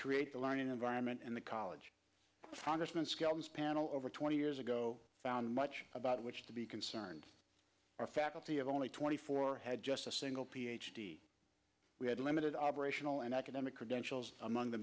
creates a learning environment and the college congressman skelton panel over twenty years ago found much about which to be concerned our faculty of only twenty four had just a single ph d we had limited operational and academic credentials among the